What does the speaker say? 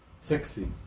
sexy